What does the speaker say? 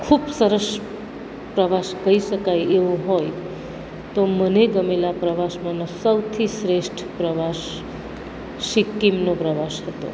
ખૂબ સરસ પ્રવાસ કહી શકાય એવો હોય તો મને ગમેલા પ્રવાસમાંના સૌથી શ્રેષ્ઠ પ્રવાસ સિક્કિમનો પ્રવાસ હતો